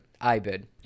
IBID